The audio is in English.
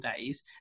days